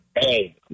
Hey